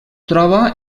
troba